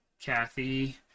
Kathy